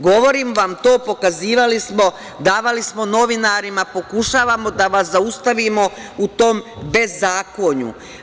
Govorim vam to, pokazivali smo, davali smo novinarima, pokušavamo da vas zaustavimo u tom bezakonju.